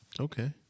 Okay